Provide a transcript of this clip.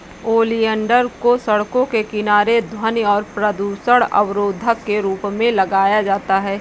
oleander को सड़कों के किनारे ध्वनि और प्रदूषण अवरोधक के रूप में लगाया जाता है